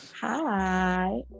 Hi